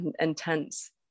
intense